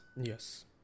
Yes